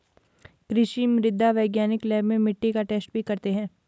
कृषि मृदा वैज्ञानिक लैब में मिट्टी का टैस्ट भी करते हैं